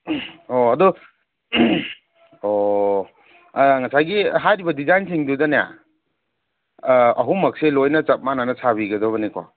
ꯑꯣ ꯑꯗꯨ ꯑꯣ ꯉꯁꯥꯏꯒꯤ ꯍꯥꯏꯔꯤꯕ ꯗꯤꯖꯥꯏꯟꯁꯤꯡꯗꯨꯗꯅꯦ ꯑꯍꯨꯝꯃꯛꯁꯦ ꯂꯣꯏꯅ ꯆꯞ ꯃꯥꯟꯅꯅ ꯁꯥꯕꯤꯒꯗꯕꯅꯦꯀꯣ